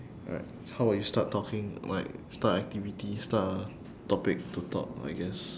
alright how about you start talking like start activity start a topic to talk I guess